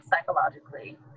psychologically